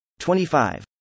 25